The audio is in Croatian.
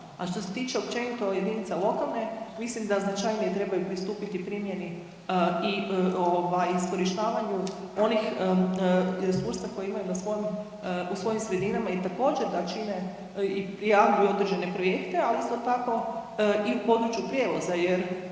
A što se tiče općenito jedinica lokalne mislim da značajnije trebaju pristupiti primjeni i ovaj iskorištavanju onih resursa koje imaju na svom, u svojim sredinama i također da čine i prijavljuju određene projekte, ali isto tako i u području prijevoza jer